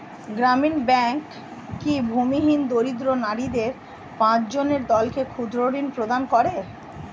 গ্রামীণ ব্যাংক কি ভূমিহীন দরিদ্র নারীদের পাঁচজনের দলকে ক্ষুদ্রঋণ প্রদান করে?